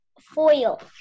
foil